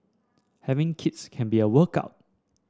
having kids can be a workout